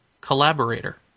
collaborator